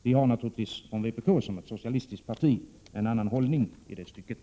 Vi från vpk, som är ett socialistiskt parti, har naturligtvis en annan hållning därvidlag.